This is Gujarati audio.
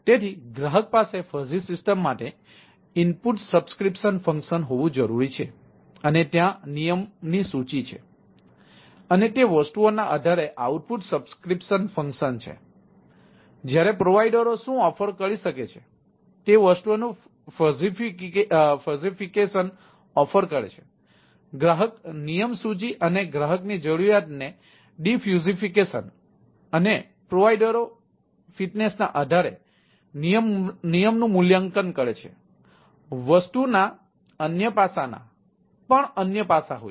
તેથી ગ્રાહક પાસે ફઝી સિસ્ટમ અને પ્રોવાઇડરઓ ફિટનેસના આધારે નિયમ મૂલ્યાંકન કરે છે વસ્તુના અન્ય પાસાના અન્ય પાસાઓ પણ છે